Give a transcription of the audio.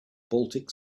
baltic